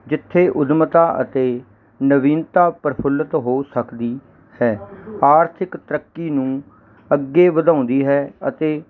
ਜਿੱਥੇ ਉੱਦਮਤਾ ਅਤੇ ਨਵੀਨਤਾ ਪ੍ਰਫੁੱਲਿਤ ਹੋ ਸਕਦੀ ਹੈ ਆਰਥਿਕ ਤਰੱਕੀ ਨੂੰ ਅੱਗੇ ਵਧਾਉਂਦੀ ਹੈ ਅਤੇ